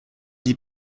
die